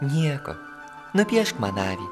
nieko nupiešk man avį